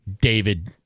David